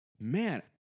man